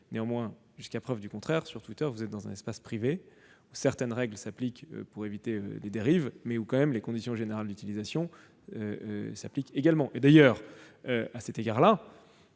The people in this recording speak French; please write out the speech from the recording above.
Néanmoins, jusqu'à preuve du contraire, Twitter constitue un espace privé, où certaines règles s'appliquent pour éviter des dérives, mais dont les conditions générales d'utilisation s'appliquent également. À cet égard,